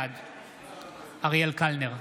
בעד אריאל קלנר,